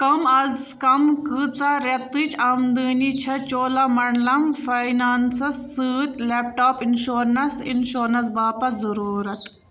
کم اَز کم کۭژاہ رٮ۪تٕچ آمدٕنی چھِ چولا منٛڈَلم فاینانٛسَس سۭتۍ لیپ ٹاپ اِنشورنَس اِنشورنَس باپتھ ضروٗرت